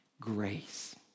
Grace